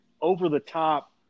over-the-top